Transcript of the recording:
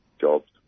jobs